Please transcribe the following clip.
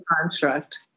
construct